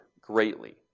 greatly